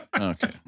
okay